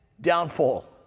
downfall